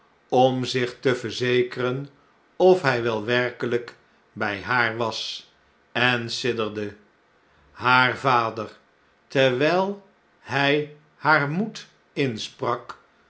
om zich te verzekeren ot hy wel werkeiyk bij haar was en sidderde haar vader terwyi hij haar moed insprak